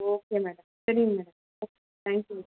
okay madam சரிங்க madam okay thank you madam